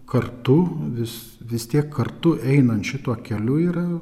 kartu vis vis tiek kartu einant šituo keliu yra